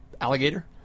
alligator